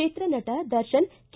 ಚಿತ್ರನಟ ದರ್ಶನ್ ಕೆ